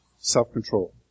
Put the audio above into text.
self-control